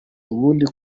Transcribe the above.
ubundi